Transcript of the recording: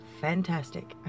fantastic